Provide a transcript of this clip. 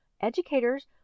educators